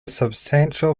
substantial